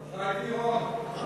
שי טירון.